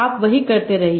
आप वही करते रहिए